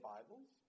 Bibles